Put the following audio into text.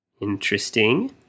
Interesting